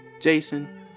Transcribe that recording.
Jason